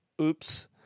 Oops